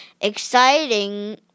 exciting